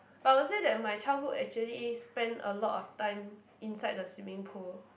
but I would say that my childhood actually spent a lot of time inside the swimming pool